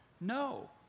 no